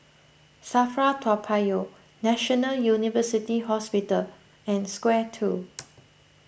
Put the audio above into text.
Safra Toa Payoh National University Hospital and Square two